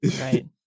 Right